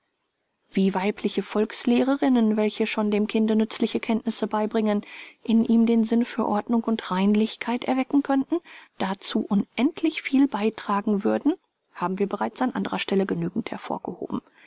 wie weibliche volkslehrerinnen welche schon dem kinde nützliche kenntnisse beibringen in ihm den sinn für ordnung und reinlichkeit erwecken könnten dazu unendlich viel beitragen würden haben wir bereits an andrer stelle genügend hervorgehoben